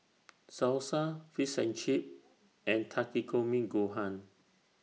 Salsa Fish and Chips and Takikomi Gohan